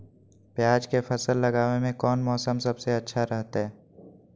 प्याज के फसल लगावे में कौन मौसम सबसे अच्छा रहतय?